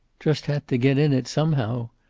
just had to get in it somehow.